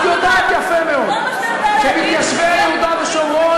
את יודעת יפה מאוד שמתיישבי יהודה ושומרון